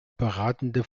beratende